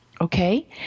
okay